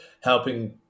helping